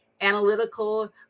Analytical